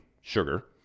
sugar